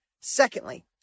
Secondly